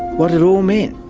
what it all meant.